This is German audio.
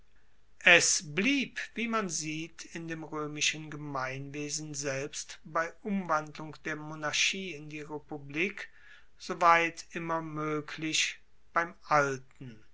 es blieb wie man sieht in dem roemischen gemeinwesen selbst bei umwandlung der monarchie in die republik soweit immer moeglich beim alten